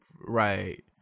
right